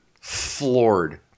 floored